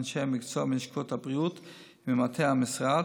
אנשי מקצוע מלשכות הבריאות וממטה המשרד,